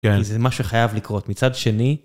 כן, זה מה שחייב לקרות מצד שני.